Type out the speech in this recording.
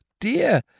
dear